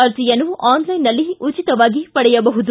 ಅರ್ಜಿಯನ್ನು ಆನ್ಲೈನ್ನಲ್ಲಿ ಉಚಿತವಾಗಿ ಪಡೆಯಬಹುದು